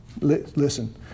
Listen